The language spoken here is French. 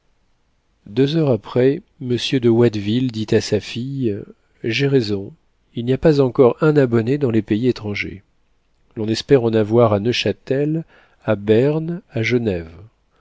deux heures après monsieur de watteville dit à sa fille j'ai raison il n'y a pas encore un abonné dans les pays étrangers l'on espère en avoir à neufchâtel à berne à genève